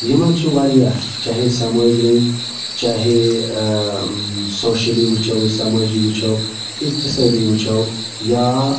یِمَن چھُ واریاہ چاہے سَمٲجۍ رٔنٛگۍ چاہے سوشٔلی وٕچھو أسۍ سمٲجی وٕچھو اِقتِصٲدی وٕچھو یا